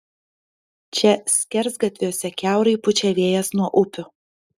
čia skersgatviuose kiaurai pučia vėjas nuo upių